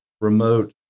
remote